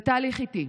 זה תהליך איטי.